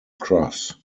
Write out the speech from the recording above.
cross